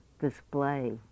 display